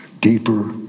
deeper